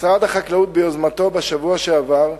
משרד החקלאות, ביוזמתו, בשבוע שעבר,